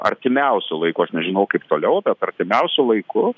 artimiausiu laiku aš nežinau kaip toliau bet artimiausiu laiku